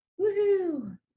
Woohoo